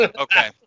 okay